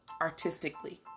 artistically